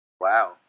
Wow